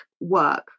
work